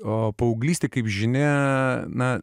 o paauglystėje kaip žinia na